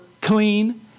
clean